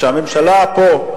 כשהממשלה פה,